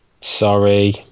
Sorry